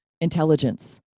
intelligence